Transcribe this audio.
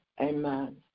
Amen